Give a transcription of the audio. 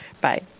Bye